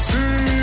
See